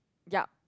yup